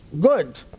good